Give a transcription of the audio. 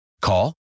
Call